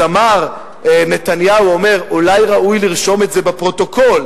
אז נתניהו אומר: אולי ראוי לרשום את זה בפרוטוקול?